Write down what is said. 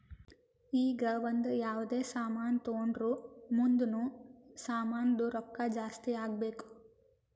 ಈಗ ಒಂದ್ ಯಾವ್ದೇ ಸಾಮಾನ್ ತೊಂಡುರ್ ಮುಂದ್ನು ಸಾಮಾನ್ದು ರೊಕ್ಕಾ ಜಾಸ್ತಿ ಆಗ್ಬೇಕ್